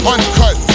Uncut